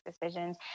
decisions